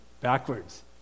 backwards